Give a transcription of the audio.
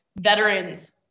veterans